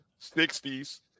60s